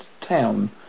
town